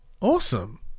Awesome